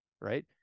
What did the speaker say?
right